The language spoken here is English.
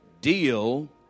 Deal